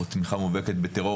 או תמיכה מובהקת בטרור,